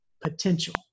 potential